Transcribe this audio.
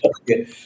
Okay